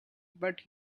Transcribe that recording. but